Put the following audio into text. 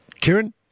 Kieran